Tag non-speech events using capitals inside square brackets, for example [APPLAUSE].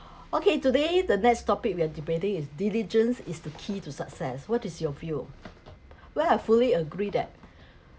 [BREATH] okay today the next topic we're debating is diligence is the key to success what is your view well I fully agree that [BREATH]